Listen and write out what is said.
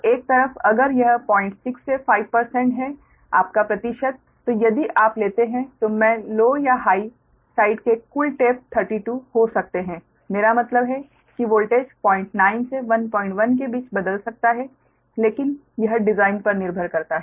तो एक तरफ अगर यह 6 से 5 है आपका प्रतिशत तो यदि आप लेते हैं तो मैं लो या हाइ साइड के कुल टेप 32 हो सकते है मेरा मतलब है कि वोल्टेज 09 से 11 के बीच बदल सकता है लेकिन यह डिजाइन पर निर्भर करता है